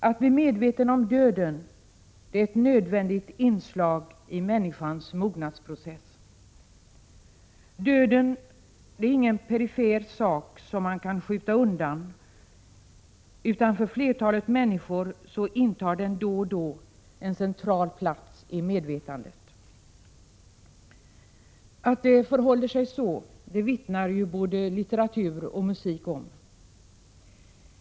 Att bli medveten om döden är ett nödvändigt inslag i människans mognadsprocess. Döden är ingen perifer sak, som man kan skjuta undan. För flertalet människor intar den då och då en central plats i medvetandet. Att det förhåller sig så vittnar både litteratur och musik om.